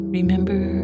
Remember